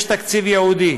יש תקציב ייעודי